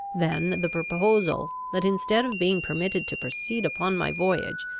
than the proposal that, instead of being permitted to proceed upon my voyage,